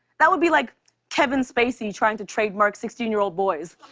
that would be like kevin spacey trying to trademark sixteen year old boys.